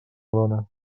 dona